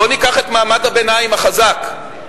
בוא ניקח את מעמד הביניים החזק,